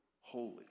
holy